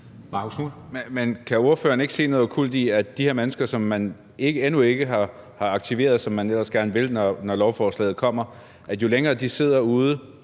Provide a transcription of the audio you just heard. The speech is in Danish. kan ordføreren ikke se noget okkult i, at jo længere tid de her mennesker, som man endnu ikke har aktiveret, som man ellers gerne vil, når lovforslaget kommer, sidder uden